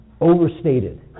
overstated